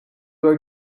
were